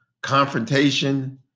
confrontation